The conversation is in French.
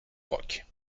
roc